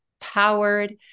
powered